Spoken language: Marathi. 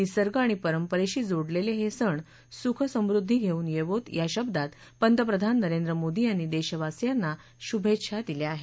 निसर्ग आणि परंपरेशी जोडलेले हे सण सुख समृद्वी घेऊन येवो या शब्दात पंतप्रधान नरेंद्र मोदी यांनी देशवासियांना शुभेच्छा दिल्या आहेत